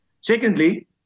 Secondly